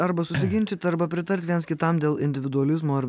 arba susiginčyt arba pritart viens kitam dėl individualizmo ar visuomenės